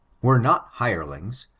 were not hirelings,